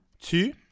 two